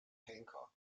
henker